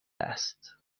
است